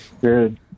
Good